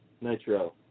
Nitro